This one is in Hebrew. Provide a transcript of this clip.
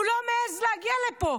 הוא לא מעז להגיע לפה.